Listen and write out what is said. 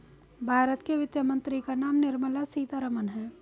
भारत के वित्त मंत्री का नाम निर्मला सीतारमन है